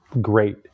great